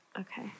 Okay